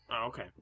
Okay